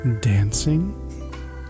dancing